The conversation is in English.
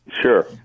Sure